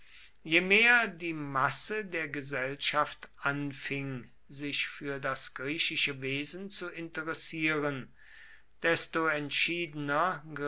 je mehr die masse der gesellschaft anfing sich für das griechische wesen zu interessieren desto entschiedener